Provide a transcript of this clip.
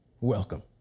Welcome